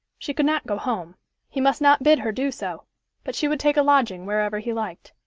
she could not go home he must not bid her do so but she would take a lodging wherever he liked.